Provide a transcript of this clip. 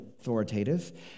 authoritative